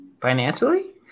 Financially